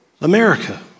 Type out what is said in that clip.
America